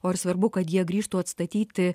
o ar svarbu kad jie grįžtų atstatyti